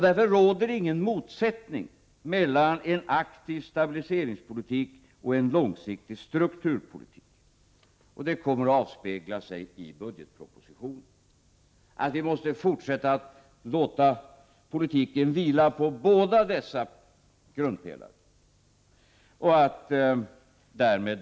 Därför råder det ingen motsättning mellan en aktiv stabiliseringspolitik och en långsiktig strukturpolitik. Det kommer att avspegla sig i budgetpropositionen. Vi måste alltså fortsätta att låta politiken vila på båda dessa grundpelare.